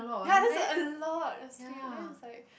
ya that's like a lot of sleep then it's like